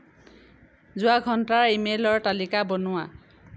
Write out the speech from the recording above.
যোৱা ঘণ্টাৰ ইমেইলৰ তালিকা বনোৱা